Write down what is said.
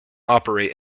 operate